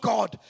God